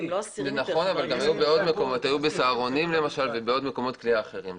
אבל היו בעוד מקומות: גם ב"סהרונים" וגם במקומות כליאה אחרים.